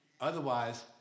Otherwise